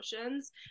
emotions